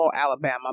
Alabama